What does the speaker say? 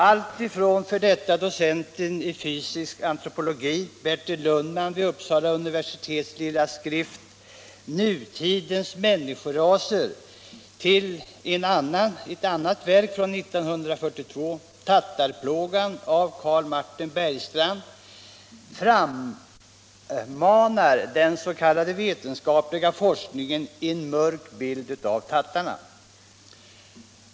Alltifrån f. d. docenten i fysisk antropologi vid Uppsala universitet Bertil Lundmans lilla skrift Nutidens människoraser till ett annat verk från 1942, Tattarplågan av Carl Martin Bergstrand, frammanar den s.k. vetenskapliga forskningen en mörk bild av tattarna.